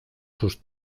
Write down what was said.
sus